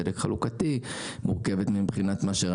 וצדק חלוקתי; מבחינת שימור החקלאות,